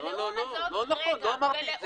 לא, אני מחזק את דברייך.